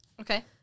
Okay